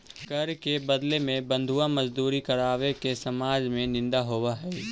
कर के बदले में बंधुआ मजदूरी करावे के समाज में निंदा होवऽ हई